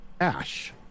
Ash